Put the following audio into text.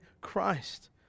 Christ